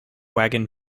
wagon